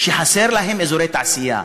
שחסרים להם אזורי תעשייה?